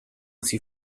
sie